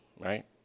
right